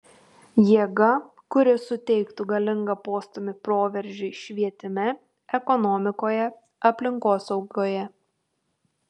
jėga kuri suteiktų galingą postūmį proveržiui švietime ekonomikoje aplinkosaugoje